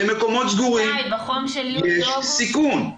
במקומות סגורים יש סיכון,